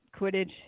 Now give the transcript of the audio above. Quidditch